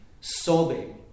sobbing